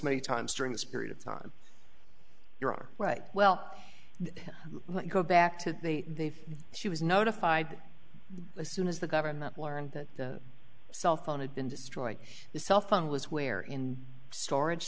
many times during this period of time you're right well let's go back to the she was notified as soon as the government learned that the cell phone had been destroyed the cell phone was where in storage